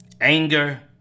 anger